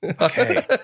Okay